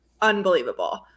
unbelievable